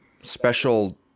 Special